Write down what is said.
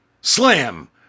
Slam